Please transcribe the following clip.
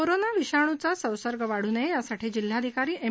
corona विषाणूचा संसर्ग वादू नये यासाठी जिल्हाधिकारी एम